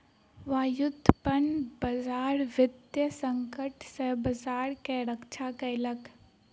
व्युत्पन्न बजार वित्तीय संकट सॅ बजार के रक्षा केलक